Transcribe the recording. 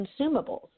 consumables